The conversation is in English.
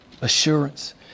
assurance